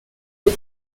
des